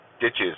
ditches